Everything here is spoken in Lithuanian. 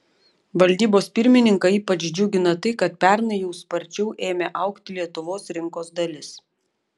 valdybos pirmininką ypač džiugina tai kad pernai jau sparčiau ėmė augti lietuvos rinkos dalis